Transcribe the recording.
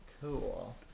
cool